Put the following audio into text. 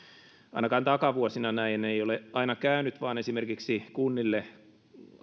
ainakaan takavuosina näin ei ole aina käynyt vaan esimerkiksi kunnille